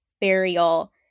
burial